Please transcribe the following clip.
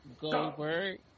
Goldberg